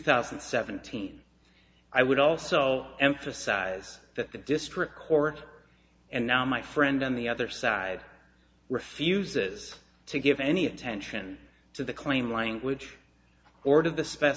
thousand and seventeen i would also emphasize that the district court and now my friend on the other side refuses to give any attention to the claim language or to the